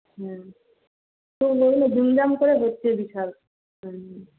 হ্যাঁ হ্যাঁ হ্যাঁ